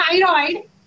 thyroid